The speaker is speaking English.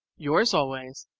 yours always,